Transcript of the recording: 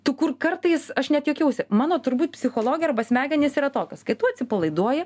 tu kur kartais aš net juokiausi mano turbūt psichologija arba smegenys yra tokios kai tu atsipalaiduoji